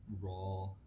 raw